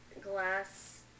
glass